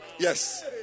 Yes